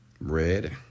Red